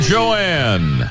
Joanne